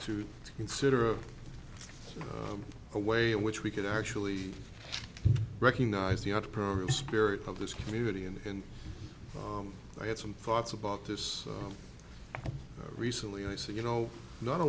to consider a way in which we could actually recognize the entrepreneurial spirit of this community and i had some thoughts about this recently i said you know not a